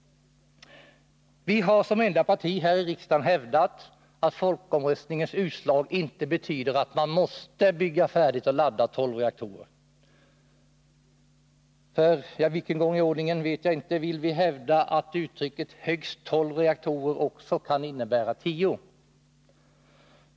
Vi har som enda parti här i riksdagen hävdat att folkomröstningens utslag inte betyder att man måste bygga färdigt och ladda tolv reaktorer. För jag vet inte vilken gång i ordningen hävdar vi att uttrycket ”högst tolv reaktorer” också kan innebära tio.